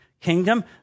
kingdom